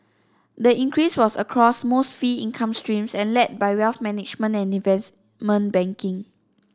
the increase was across most fee income streams and led by wealth management and investment banking